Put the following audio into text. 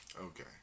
Okay